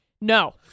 no